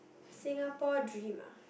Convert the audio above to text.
Singapore dream ah